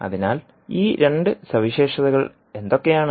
അതിനാൽ ഈ രണ്ട് സവിശേഷതകൾ എന്തൊക്കെയാണ്